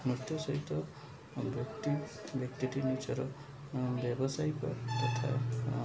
ନୃତ୍ୟ ସହିତ ବ୍ୟକ୍ତି ବ୍ୟକ୍ତିଟି ନିଜର ବ୍ୟବସାୟୀକ ତଥା